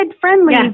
friendly